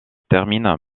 termine